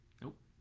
Nope